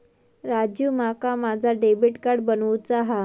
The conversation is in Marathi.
राजू, माका माझा डेबिट कार्ड बनवूचा हा